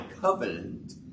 covenant